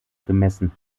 gemessen